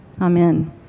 Amen